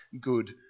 good